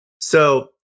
So-